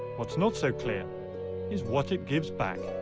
what's not so clear is what it gives back.